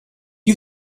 you